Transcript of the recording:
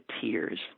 tears